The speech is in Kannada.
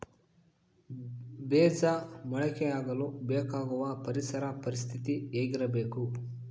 ಬೇಜ ಮೊಳಕೆಯಾಗಲು ಬೇಕಾಗುವ ಪರಿಸರ ಪರಿಸ್ಥಿತಿ ಹೇಗಿರಬೇಕು?